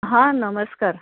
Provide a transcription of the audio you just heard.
हां नमस्कार